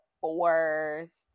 forced